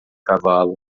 cavalo